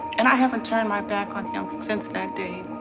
and i haven't turned my back on him since that day.